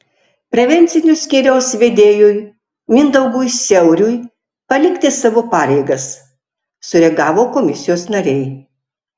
prevencinio skyriaus vedėjui mindaugui siauriui palikti savo pareigas sureagavo komisijos nariai